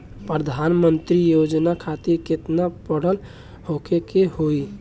प्रधानमंत्री योजना खातिर केतना पढ़ल होखे के होई?